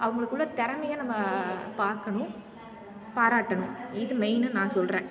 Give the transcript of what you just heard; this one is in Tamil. அவங்களுக்குள்ள திறமைய நம்ம பார்க்கணும் பாராட்டணும் இது மெயினுன்னு நான் சொல்கிறேன்